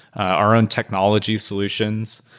our own technology solutions.